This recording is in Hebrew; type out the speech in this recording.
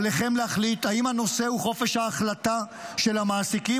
עליכם להחליט אם הנושא הוא חופש ההחלטה של המעסיקים